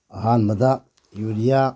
ꯑꯍꯥꯟꯕꯗ ꯌꯨꯔꯤꯌꯥ